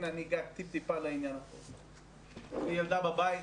יש לי ילדה בבית,